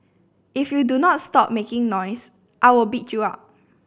if you do not stop making noise I will beat you up